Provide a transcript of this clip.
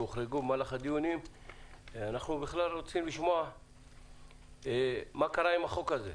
שהחורגו במהלך הדיונים ואנחנו רוצים לשמוע מה קרה עם החוק הזה.